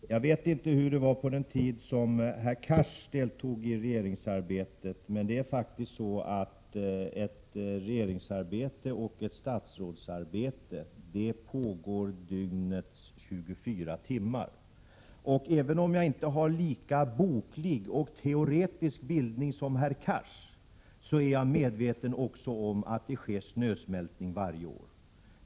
Herr talman! Jag vet inte hur det var på den tid då herr Cars deltog i regeringsarbetet. Jag vill emellertid framhålla att ett regeringsarbete och ett statsråds arbete pågår dygnets alla 24 timmar. Även om jag inte har lika boklig och teoretisk bildning som herr Cars, är också jag medveten om att snösmältning sker varje år.